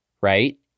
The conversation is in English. right